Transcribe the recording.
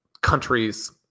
countries